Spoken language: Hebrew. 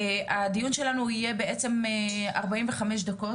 הדיון שלנו יהיה בעצם ארבעים וחמש דקות,